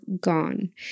gone